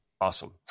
awesome